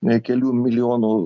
ne kelių milijonų